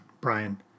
Brian